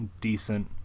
decent